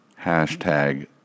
Hashtag